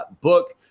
book